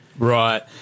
Right